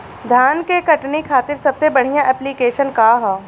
धान के कटनी खातिर सबसे बढ़िया ऐप्लिकेशनका ह?